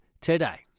today